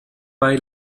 bei